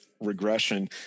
regression